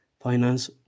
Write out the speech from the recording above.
Finance